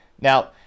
Now